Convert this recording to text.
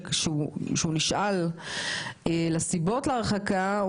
כשהוא נשאל לסיבות להרחקה,